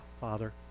Father